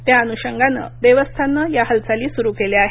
त्याअनुषंगानं देवस्थाननं या हालचाली सुरू केल्या आहेत